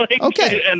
Okay